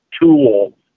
tool